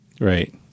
right